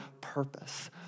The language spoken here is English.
purpose